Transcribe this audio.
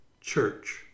Church